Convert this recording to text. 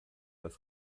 das